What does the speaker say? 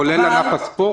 כולל ענף הספורט?